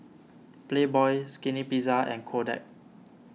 Playboy Skinny Pizza and Kodak